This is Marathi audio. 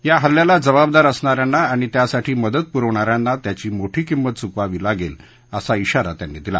या हल्ल्याला जबाबदार असणाऱ्यांना आणि त्यासाठी मदत पुरवणाऱ्यांना याची मोठी किंमत चुकवावी लागेल असा श्राारा त्यांनी दिला